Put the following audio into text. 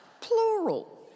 Plural